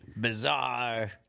bizarre